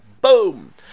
Boom